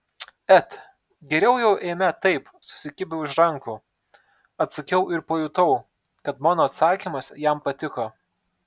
et geriau jau eime taip susikibę už rankų atsakiau ir pajutau kad mano atsakymas jam patiko